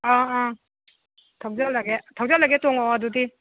ꯑꯧ ꯑ ꯊꯧꯖꯜꯂꯒꯦ ꯊꯧꯖꯜꯂꯒꯦ ꯇꯣꯡꯉꯛꯑꯣ ꯑꯗꯨꯗꯤ